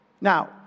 Now